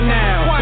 now